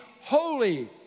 Holy